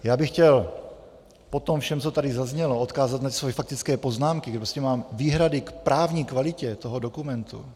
Já bych chtěl po tom všem, co tady zaznělo, odkázat na svoje faktické poznámky, kde mám výhrady k právní kvalitě toho dokumentu.